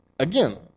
Again